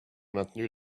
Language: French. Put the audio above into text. maintenu